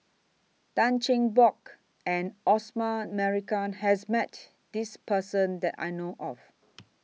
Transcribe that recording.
Tan Cheng Bock and Osman Merican has Met This Person that I know of